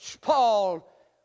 Paul